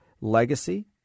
legacy